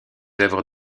œuvres